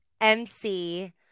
MC